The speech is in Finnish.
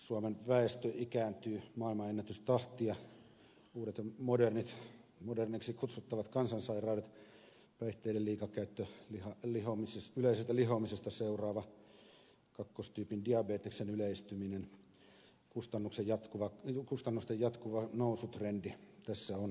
suomen väestö ikääntyy maailmanennätystahtia uudet ja moderneiksi kutsuttavat kansansairaudet päihteiden liikakäyttö yleisestä lihomisesta seuraava kakkostyypin diabeteksen yleistyminen kustannusten jatkuva nousutrendi tässä on kylliksi haastetta